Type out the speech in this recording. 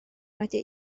wedi